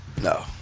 No